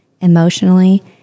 emotionally